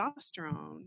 testosterone